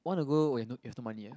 one ago when no you've no money ah